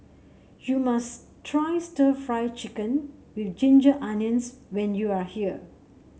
you must try stir Fry Chicken with Ginger Onions when you are here